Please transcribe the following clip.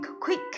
quick